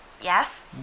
yes